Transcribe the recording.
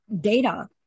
data